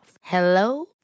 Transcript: Hello